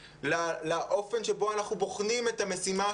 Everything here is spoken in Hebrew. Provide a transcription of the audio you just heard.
לאופן שבו אנחנו בוחנים את המשימה